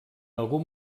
algun